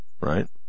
right